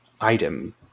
item